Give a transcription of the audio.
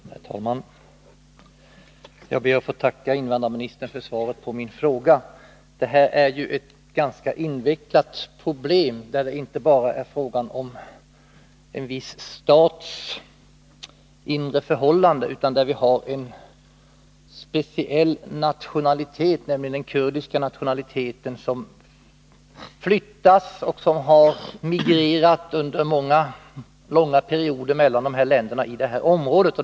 Herr talman! Jag ber att få tacka invandrarministern för svaret på min fråga. Det här är ju ett ganska invecklat problem, där det inte bara är fråga om en viss stats inre förhållanden, utan där vi har en speciell nationalitet, nämligen den kurdiska nationaliteten, som flyttas och som har migrerat under många, långa perioder mellan länderna i detta område.